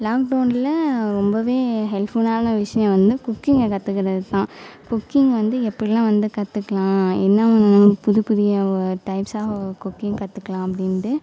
லாக்டவுனில் ரொம்ப ஹெல்ஃபுல்லான விஷயம் வந்து குக்கிங்கை கற்றுக்கிறதுதான் குக்கிங் வந்து எப்படிலாம் வந்து கற்றுக்கலாம் என்ன புது புதிய டைப்ஸ் ஆஃப் குக்கிங் கற்றுக்கலாம் அப்படின்ட்டு